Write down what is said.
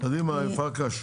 קדימה, פרקש.